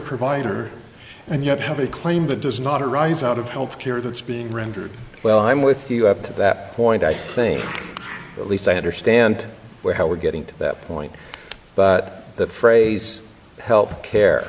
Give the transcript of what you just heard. provider and yet have a claim that does not arise out of health care that's being rendered well i'm with you up to that point i think at least i understand where how we're getting to that point but that phrase health care